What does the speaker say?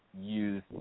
use